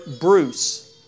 Bruce